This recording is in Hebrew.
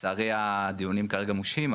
לצערי הדיונים כרגע מושהים,